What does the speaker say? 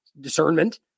discernment